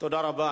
תודה רבה.